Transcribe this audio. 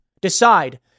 decide